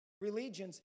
religions